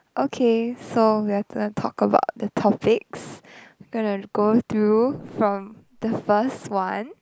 okay so we are gonna talk about the topics we're gonna go through from the first one